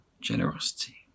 generosity